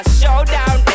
showdown